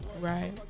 Right